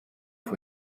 vor